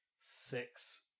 six